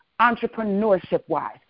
entrepreneurship-wise